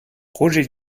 roger